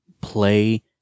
play